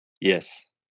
Yes